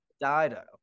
Dido